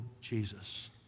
Jesus